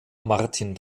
martin